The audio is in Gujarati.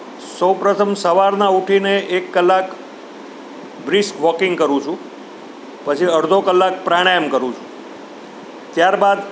સૌપ્રથમ સવારમાં ઊઠીને એક કલાક બ્રિસ્ક વોકિંગ કરું છું પછી અડધો કલાક પ્રાણાયામ કરું છું ત્યારબાદ